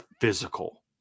physical